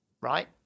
right